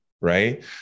Right